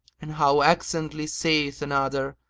and how excellently saith another,